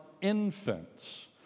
infants